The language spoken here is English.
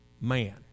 man